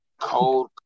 Cold